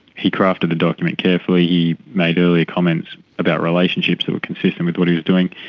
he crafted the document carefully, he made earlier comments about relationships that were consistent with what he was doing.